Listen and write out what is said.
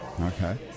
Okay